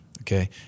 Okay